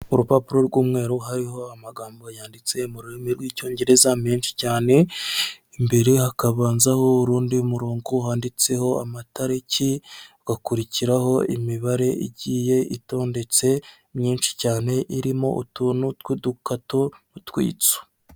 Urupapuro rw'umweru hariho amagambo yanditse mu rurimi rw'icyongereza menshi cyane, imbere hakabanzaho undi murongo wanditseho amatariki hakurikiraho imibare igiye itondetse myinshi cyane irimo utuntu tw'udukato, utwitso.